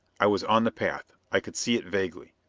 i was on the path i could see it vaguely.